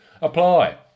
apply